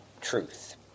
truth